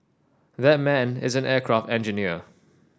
that man is an aircraft engineer